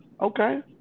Okay